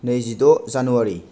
नैजिद' जानुवारि